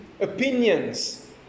Opinions